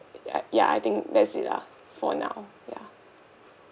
ya ya I think that's it lah for now ya